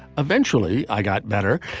eventually i got better.